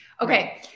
Okay